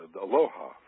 aloha